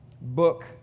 book